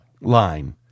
line